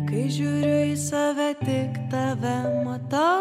kai žiūriu į save tik tave matau